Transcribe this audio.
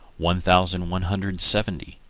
one thousand one hundred and seventy.